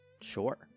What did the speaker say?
Sure